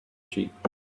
sheep